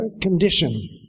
condition